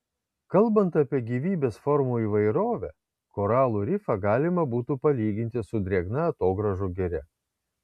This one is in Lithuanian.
kalbant apie gyvybės formų įvairovę koralų rifą galima būtų palyginti su drėgna atogrąžų giria